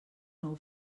nou